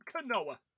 canoa